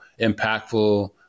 impactful